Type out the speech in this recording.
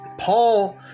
Paul